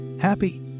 happy